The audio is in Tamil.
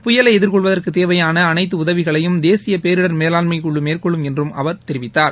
புயலை எதிர்கொள்வதற்கு தேவையாள அனைத்து உதவிகளையும் தேசிய பேரிடர் மேலாண்மைக்குழு மேற்கொள்ளும் என்று அவர் தெரிவித்தார்